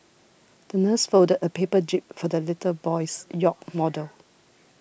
the nurse folded a paper jib for the little boy's yacht model